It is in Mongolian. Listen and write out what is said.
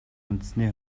үндэсний